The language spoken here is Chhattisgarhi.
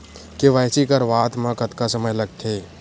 के.वाई.सी करवात म कतका समय लगथे?